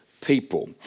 people